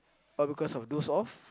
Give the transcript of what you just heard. but because of doze off